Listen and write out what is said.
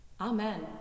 Amen